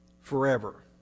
forever